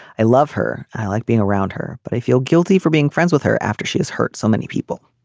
i love her. i like being around her but i feel guilty for being friends with her after she has hurt so many people